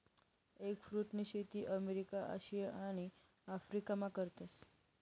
एगफ्रुटनी शेती अमेरिका, आशिया आणि आफरीकामा करतस